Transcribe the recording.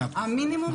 הימנית.